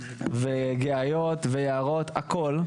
גיאיות ויערות והכול,